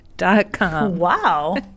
Wow